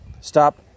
stop